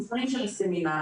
מבחנים של סמינרים,